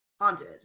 haunted